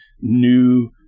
new